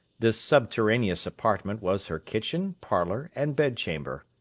this subterraneous apartment was her kitchen, parlour, and bed-chamber.